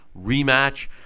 rematch